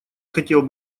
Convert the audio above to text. хотел